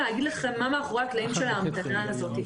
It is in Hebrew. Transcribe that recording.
להגיד לכם מה מאחורי הקלעים של ההמתנה הזאת.